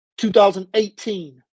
2018